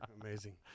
Amazing